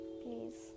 please